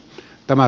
tämä